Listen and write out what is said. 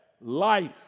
life